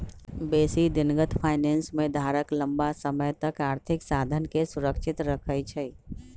बेशी दिनगत फाइनेंस में धारक लम्मा समय तक आर्थिक साधनके सुरक्षित रखइ छइ